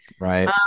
Right